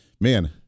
man